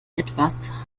etwas